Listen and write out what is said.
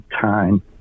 time